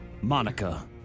Monica